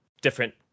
different